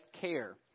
care